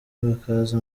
bakaza